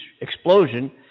explosion